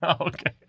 Okay